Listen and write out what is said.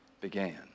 began